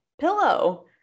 pillow